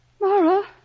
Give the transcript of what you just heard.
Mara